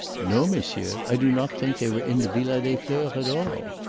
no, monsieur! i do not think they were in the villa des fleurs at all.